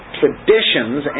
traditions